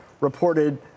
reported